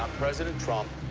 ah president trump,